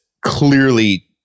clearly